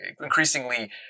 increasingly